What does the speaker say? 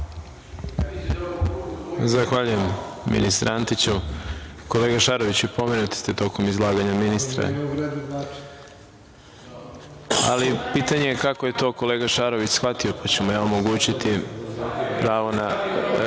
Zahvaljujem, ministre Antiću. Kolega Šaroviću pomenuti ste tokom izlaganja ministra. Pitanje je kako je to kolega Šarović shvatimo, pa ću mu ja omogućiti pravo na